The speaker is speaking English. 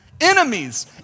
Enemies